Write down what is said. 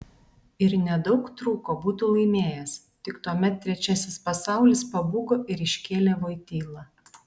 ir nedaug trūko būtų laimėjęs tik tuomet trečiasis pasaulis pabūgo ir iškėlė voitylą